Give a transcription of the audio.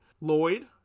Lloyd